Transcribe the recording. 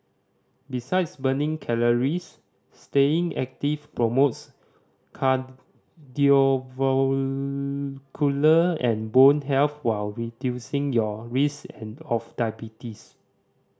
besides burning calories staying active promotes and bone health while reducing your risk and of diabetes